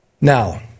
Now